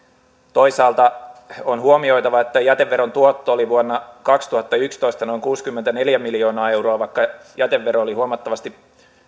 toisaalta on huomioitava että jäteveron tuotto oli vuonna kaksituhattayksitoista noin kuusikymmentäneljä miljoonaa euroa vaikka jätevero oli huomattavasti